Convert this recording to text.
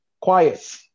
quiet